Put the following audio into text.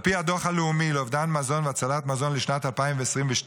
על פי הדוח הלאומי לאובדן מזון והצלת מזון לשנת 2022,